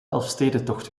elfstedentocht